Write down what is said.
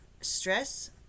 Stress